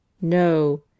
No